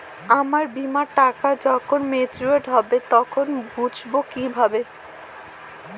আমার বীমার টাকা যখন মেচিওড হবে তখন বুঝবো কিভাবে?